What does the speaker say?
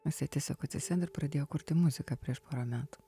jisai tiesiog atsisėdo ir pradėjo kurti muziką prieš porą metų